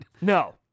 No